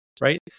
right